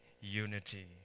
unity